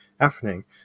happening